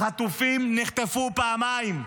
החטופים נחטפו פעמיים,